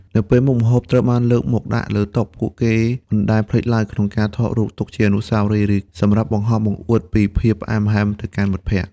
នៅពេលមុខម្ហូបត្រូវបានលើកមកដាក់លើតុ ពួកគេមិនដែលភ្លេចឡើយក្នុងការថតរូបទុកជាអនុស្សាវរីយ៍ ឬសម្រាប់បង្ហោះបង្អួតពីភាពផ្អែមល្ហែមទៅកាន់មិត្តភក្តិ។